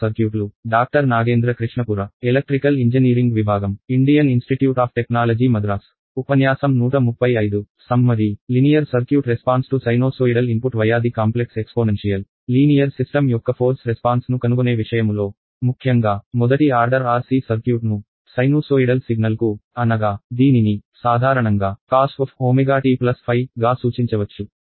సరళ వ్యవస్థ యొక్క ఫోర్స్ రెస్పాన్స్ ను కనుగొనే విషయములో ముఖ్యంగా మొదటి ఆర్డర్ RC సర్క్యూట్ ను సైనూసోయిడల్ సిగ్నల్ కు అనగా దీనిని సాధారణంగా cos w t గా సూచించవచ్చు